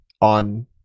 on